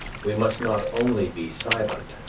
we must not only be silent,